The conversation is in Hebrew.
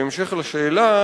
בהמשך לשאלה,